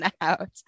out